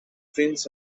prince